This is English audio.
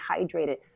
hydrated